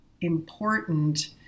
important